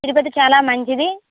తిరుపతి చాలా మంచిది